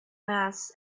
mass